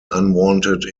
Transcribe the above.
unwanted